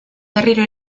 berriro